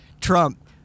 trump